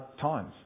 times